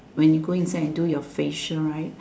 when you go inside and do your facial right